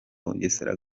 bugesera